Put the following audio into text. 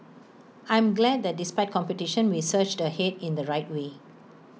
I'm glad that despite competition we surged ahead in the right way